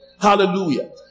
Hallelujah